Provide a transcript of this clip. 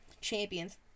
champions